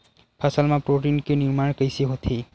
फसल मा प्रोटीन के निर्माण कइसे होथे?